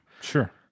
Sure